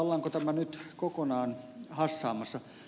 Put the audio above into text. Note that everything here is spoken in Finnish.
ollaanko tämä nyt kokonaan hassaamassa